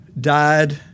died